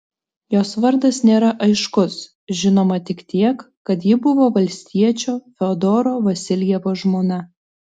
jos vardas nėra aiškus žinoma tik tiek kad ji buvo valstiečio fiodoro vasiljevo žmona